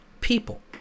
people